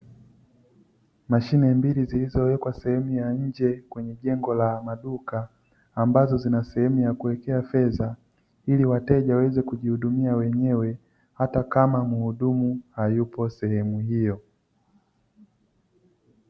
Mashine mbili zilizowekwa sehemu ya nje kwenye jengo la maduka, ambazo zina sehemu ya kuwekea fedha ili wateja waweze kujihudumia wenyewe hata kama mhudumu hayupo sehemu hiyo.